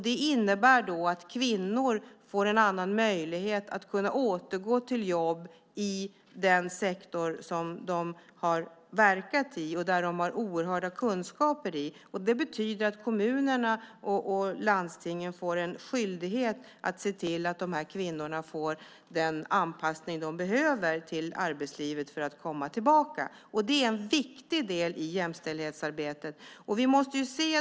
Det innebär att kvinnor får en annan möjlighet att återgå till jobb i den sektor som de har verkat i och där de har stora kunskaper. Det betyder att kommunerna och landstingen får en skyldighet att se till att dessa kvinnor får den anpassning till arbetslivet som de behöver för att komma tillbaka. Det är en viktig del i jämställdhetsarbetet.